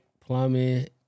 plumbing